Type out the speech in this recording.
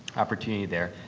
opportunity there.